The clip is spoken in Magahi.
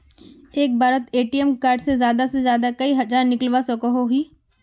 एक बारोत ए.टी.एम कार्ड से ज्यादा से ज्यादा कई हजार निकलवा सकोहो ही?